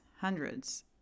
hundreds